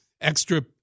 extra